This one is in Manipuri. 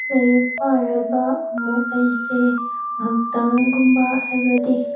ꯂꯥꯏꯔꯤꯛ ꯄꯥꯔꯒ ꯑꯃꯨꯛ ꯑꯩꯁꯦ ꯉꯥꯏꯍꯥꯛꯇꯪꯒꯨꯝꯕ ꯍꯥꯏꯕꯗꯤ